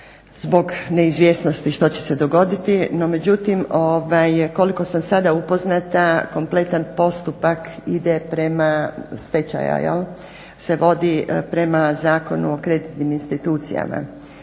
zbog neizvjesnosti što će se dogoditi no međutim koliko sam sada upoznata kompletan postupak ide prema stečaju jel', se vodi prema Zakonu o kreditnim institucijama.